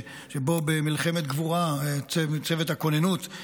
שבו במלחמת גבורה צוות הכוננות,